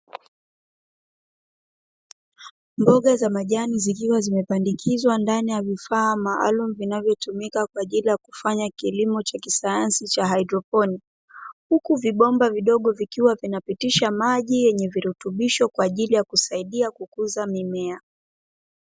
Mboga za majani zikiwa zimepandikizwa ndani ya vifaa maalumu vinavyotumika kwa ajili ya kufanya kilimo cha kisayansi cha haidroponi, huku vibomba vidogo vikiwa vinapitisha maji yenye virutubisho kwa ajili ya kukuza mimea.